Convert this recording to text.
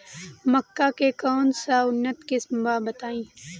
मक्का के कौन सा उन्नत किस्म बा बताई?